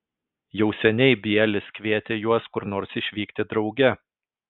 jau seniai bielis kvietė juos kur nors išvykti drauge